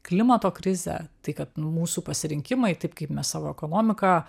klimato krizę tai kad nu mūsų pasirinkimai taip kaip mes savo ekonomiką